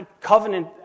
covenant